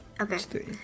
Okay